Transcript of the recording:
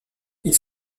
ils